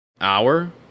hour